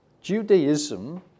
Judaism